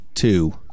Two